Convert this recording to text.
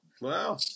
Wow